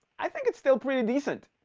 i think it's still pretty decent.